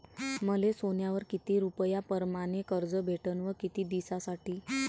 मले सोन्यावर किती रुपया परमाने कर्ज भेटन व किती दिसासाठी?